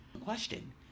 question